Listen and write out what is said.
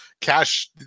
Cash